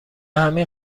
همین